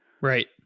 right